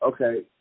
okay